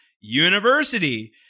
university